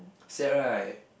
sad right